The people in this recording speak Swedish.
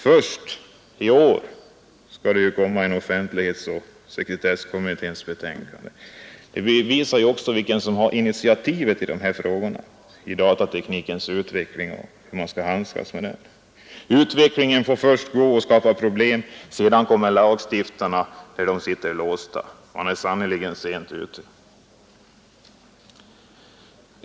Först i år skall offentlighetsoch sekretesslagstiftningskommitténs betänkande komma. Det visar också vilka som i dag har initiativet när det gäller hur man skall handskas med datateknikens utveckling. Utvecklingen får först fortgå och skapa problem. Först därefter kommer lagstiftarna, men då sitter de redan fastlåsta. Man är sannerligen sent ute.